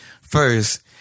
first